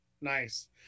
Nice